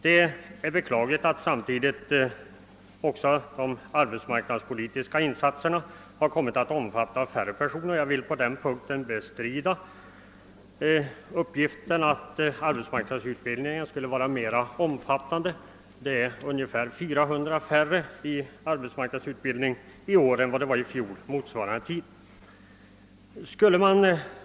Det är beklagligt att de arbetsmarknadspolitiska insatserna samtidigt har kommit att omfatta färre personer. Jag vill på den punkten bestrida uppgiften att arbetsmarknadsutbildningen skulle vara mera omfattande. Ungefär 400 färre deltar i arbetsmarknadsutbildning i år än motsvarande tid i fjol. En orsak till detta tycks vara att villkoren för de omskolade f.n. inte tycks vara konkurrenskraftiga med lågavlönade jobb i de sydligare delarna av landet.